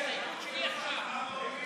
הרשימה המשותפת אחרי